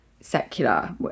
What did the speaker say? secular